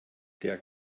der